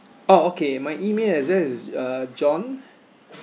oh okay my email address is uh john